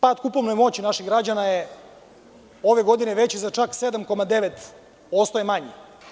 Pad kupovne moći naših građana je ove godine za 7,9% je manji.